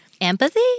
Empathy